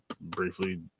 briefly